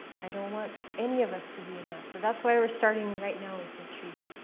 i don't want any of us to be in that. so that's why we're starting, right now, with your treaty,